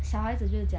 小孩子就是这样